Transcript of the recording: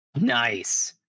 Nice